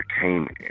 entertainment